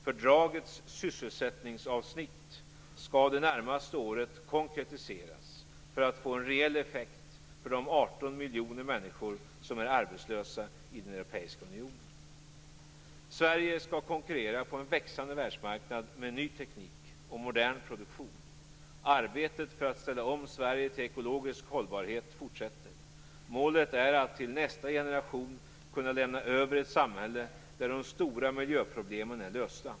Fördragets sysselsättningsavsnitt skall det närmaste året konkretiseras för att få en reell effekt för de Sverige skall konkurrera på en växande världsmarknad med ny teknik och modern produktion. Arbetet för att ställa om Sverige till ekologisk hållbarhet fortsätter. Målet är att till nästa generation kunna lämna över ett samhälle där de stora miljöproblemen är lösta.